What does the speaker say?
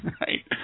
right